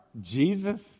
Jesus